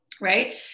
Right